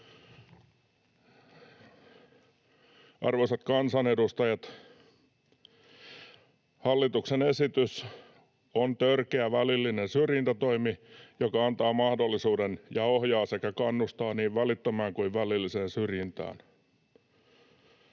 Arvoisat kansanedustajat, hallituksen esitys on törkeä välillinen syrjintätoimi, joka antaa mahdollisuuden ja ohjaa sekä kannustaa niin välittömään kuin välilliseen syrjintään.”